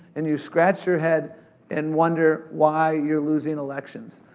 and you scratch your head and wonder why you're losing elections.